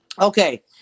okay